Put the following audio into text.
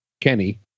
Kenny